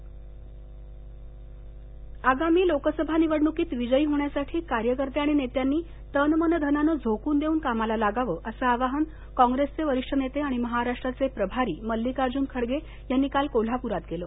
जनसंघर्ष यात्रा आगामी लोकसभा निवडणूकीत विजयी होण्यासाठी कार्यकर्ते आणि नेत्यांनी तन मन धनाने झोकून देऊन कामाला लागावं असं आवाहन कॉप्रेसचे वरिष्ठ नेते आणि महाराष्ट्राचे प्रभारी मल्लिकार्जून खर्गे यांनी काल कोल्हापूरात केलं